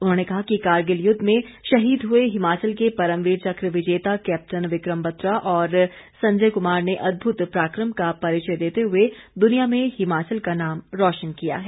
उन्होंने कहा कि कारगिल युद्ध में शहीद हुए हिमाचल के परमवीर चक्र विजेता केप्टन विक्रम बत्रा और संजय कुमार ने अद्भुत पराक्रम का परिचय देते हुए दुनिया में हिमाचल का नाम रोशन किया है